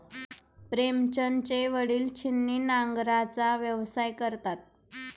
प्रेमचंदचे वडील छिन्नी नांगराचा व्यवसाय करतात